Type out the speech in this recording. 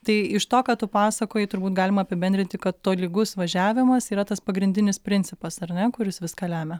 tai iš to ką tu pasakoji turbūt galima apibendrinti ka tolygus važiavimas yra tas pagrindinis principas ar ne kuris viską lemia